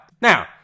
Now